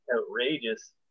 outrageous